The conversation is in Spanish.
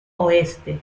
oeste